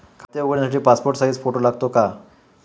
खाते उघडण्यासाठी passport size photo लागतो का?